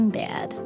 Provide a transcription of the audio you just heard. bad